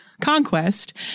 conquest